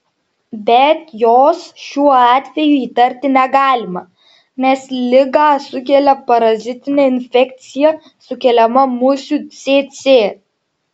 bet jos šiuo atveju įtarti negalima nes ligą sukelia parazitinė infekcija sukeliama musių cėcė